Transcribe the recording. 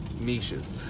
niches